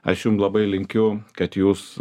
aš jum labai linkiu kad jūs